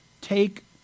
take